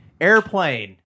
airplane